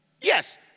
Yes